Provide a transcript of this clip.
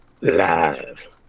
Live